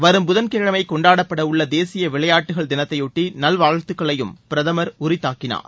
வரும் புதன்கிழமை கொண்டாடப்படவுள்ள தேசிய விளையாட்டுகள் தினத்தையொட்டி நல்வாழ்த்துக்களையும் பிரதமர் உரித்தாக்கினார்